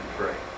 pray